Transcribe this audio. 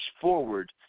forward